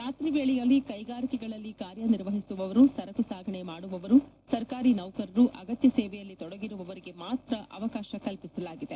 ರಾತ್ರಿ ವೇಳೆಯಲ್ಲಿ ಕೈಗಾರಿಕೆಗಳಲ್ಲಿ ಕಾರ್ಯನಿರ್ವಒಿಸುವವರು ಸರಕು ಸಾಗಣೆ ಮಾಡುವವರು ಸರ್ಕಾರಿ ನೌಕರರು ಅಗತ್ಯ ಸೇವೆಯಲ್ಲಿ ತೊಡಗಿರುವವರಿಗೆ ಮಾತ್ರ ಅವಕಾಶ ನೀಡಲಾಗಿದೆ